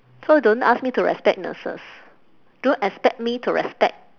so don't ask me to respect nurses don't expect me to respect